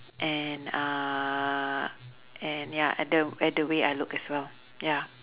and uh and ya at the at the way I look as well ya